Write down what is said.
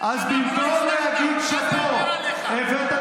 אז במקום להגיד: שאפו, 16 שנה ולא הצלחת.